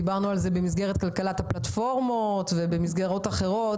דיברנו על זה במסגרת כלכלת הפלטפורמות ובמסגרות אחרות.